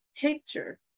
picture